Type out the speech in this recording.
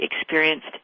experienced